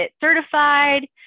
certified